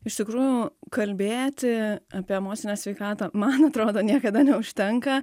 iš tikrųjų kalbėti apie emocinę sveikatą man atrodo niekada neužtenka